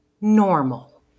normal